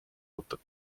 autot